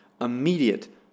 immediate